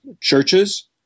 churches